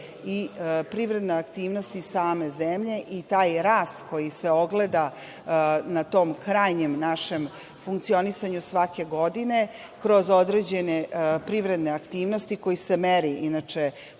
i privredne aktivnosti same zemlje i taj rast koji se ogleda na tom krajnjem našem funkcionisanju svake godine kroz određene privredne aktivnosti, koji se meri inače